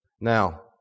now